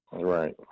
Right